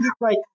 right